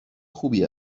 خوبی